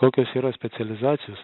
kokios yra specializacijos